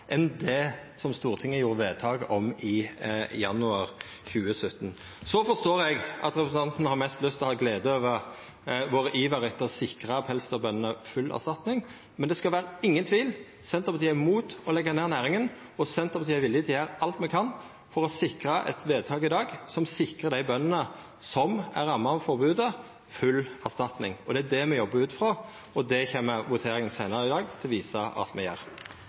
enn det som Stortinget gjorde vedtak om i januar 2017. Så forstår eg at representanten har mest lyst til å ha glede over vår iver etter å sikra pelsdyrbøndene full erstatning, men det skal ikkje vera tvil om at Senterpartiet er imot å leggja ned næringa, og Senterpartiet er villig til å gjera alt me kan for å sikra eit vedtak i dag som sikrar dei bøndene som er ramma av forbodet, full erstatning. Det er det me jobbar ut ifrå, og det kjem voteringa seinare i dag til å visa at me gjer.